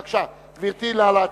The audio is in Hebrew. בבקשה, גברתי, נא להציג.